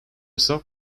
soft